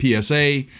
PSA